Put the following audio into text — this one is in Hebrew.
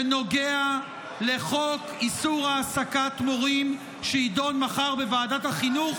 שנוגע לחוק איסור העסקת מורים שיידון מחר בוועדת החינוך?